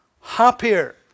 happier